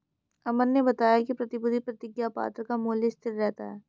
अमन ने बताया कि प्रतिभूति प्रतिज्ञापत्र का मूल्य स्थिर रहता है